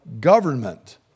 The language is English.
government